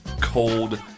cold